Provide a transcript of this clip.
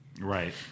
Right